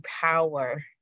power